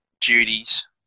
duties